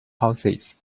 houses